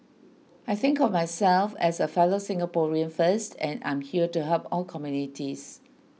I think of myself as a fellow Singaporean first and I'm here to help all communities